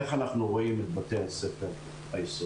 איך אנחנו רואים את בתי הספר היסודיים?